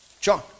John